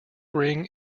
ring